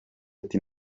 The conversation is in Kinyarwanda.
ati